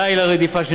די לרדיפה.